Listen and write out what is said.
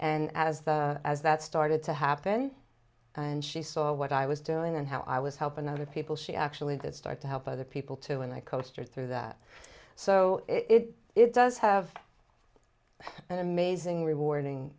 as the as that started to happen and she saw what i was doing and how i was helping other people she actually did start to help other people too and i coaster through that so it it does have an amazing rewarding